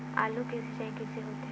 आलू के सिंचाई कइसे होथे?